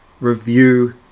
review